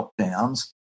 lockdowns